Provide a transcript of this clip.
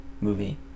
movie